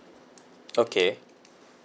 okay